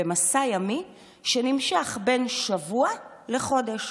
במסע ימי שנמשך בין שבוע לחודש.